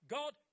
God